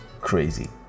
crazy